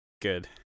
Good